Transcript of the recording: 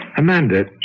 Amanda